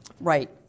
Right